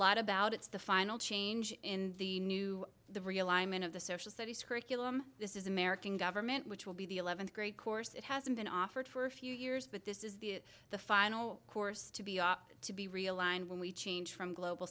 lot about it's the final change in the new the realignment of the social studies curriculum this is american government which will be the eleventh grade course it hasn't been offered for a few years but this is the the final course to be to be realigned when we change from global